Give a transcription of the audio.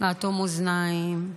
לאטום אוזניים,